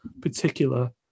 particular